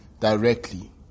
directly